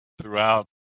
throughout